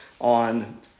on